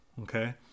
Okay